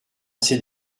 c’est